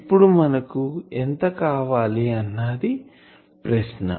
ఇప్పుడు మనకు ఎంత కావాలి అనేది ప్రశ్న